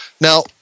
Now